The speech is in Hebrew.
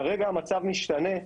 כרגע המצב משתנה.